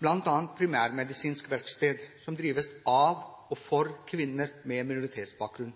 Primærmedisinsk Verksted, som drives av og for kvinner med minoritetsbakgrunn.